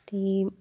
ਅਤੇ